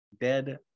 Dead